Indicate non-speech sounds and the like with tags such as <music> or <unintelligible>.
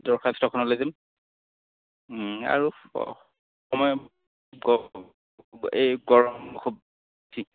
দৰখাস্তখন লৈ যাম আৰু <unintelligible>